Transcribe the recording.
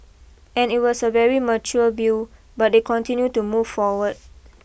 and it was a very mature view but they continue to move forward